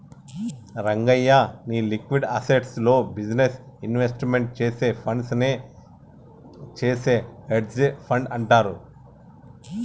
రంగయ్య, నీ liquid assets లో business investment చేసే ఫండ్స్ నే చేసే హెడ్జె ఫండ్ అంటారు